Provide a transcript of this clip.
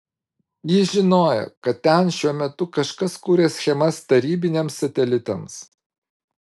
jis žinojo kad ten šiuo metu kažkas kuria schemas tarybiniams satelitams